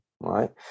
right